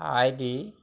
ID